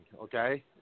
okay